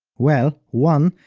well, one,